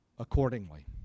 Accordingly